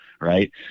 Right